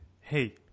Hey